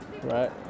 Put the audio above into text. Right